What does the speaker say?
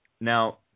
Now